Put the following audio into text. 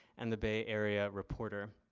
and the bay area reporter.